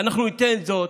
ואנחנו ניתן זאת,